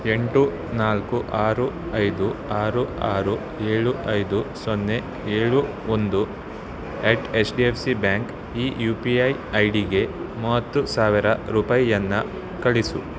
ಎಂಟು ನಾಲ್ಕು ಆರು ಐದು ಆರು ಆರು ಏಳು ಐದು ಸೊನ್ನೆ ಏಳು ಒಂದು at H D F C bank ಈ ಯು ಪಿ ಐ ಐ ಡಿಗೆ ಮೂವತ್ತು ಸಾವಿರ ರೂಪಾಯಿಯನ್ನು ಕಳಿಸು